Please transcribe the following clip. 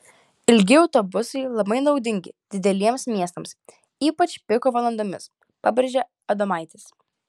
ilgi autobusai labai naudingi dideliems miestams ypač piko valandomis pabrėžė adomaitis